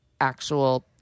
actual